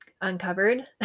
uncovered